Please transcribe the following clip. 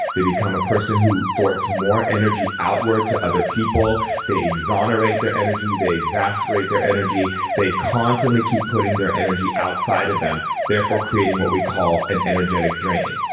they become a person who thwarts more energy outward to other people. they exonerate their energy they exasperate their energy. the constantly keep putting their energy outside of them. therefore, creating what we call an energetic drain.